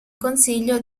consiglio